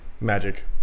Magic